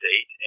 State